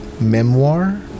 memoir